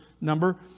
number